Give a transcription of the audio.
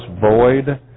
void